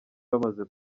bamaze